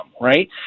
right